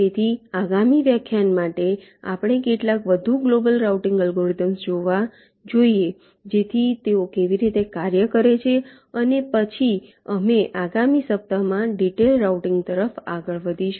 તેથી આગામી વ્યાખ્યાન માટે આપણે કેટલાક વધુ ગ્લોબલ રાઉટિંગ અલ્ગોરિધમ્સ જોવા જોઈએ જેથી તેઓ કેવી રીતે કાર્ય કરે છે અને પછી અમે આગામી સપ્તાહમાં ડિટેઇલ્ડ રાઉટિંગ તરફ આગળ વધીશું